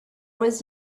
was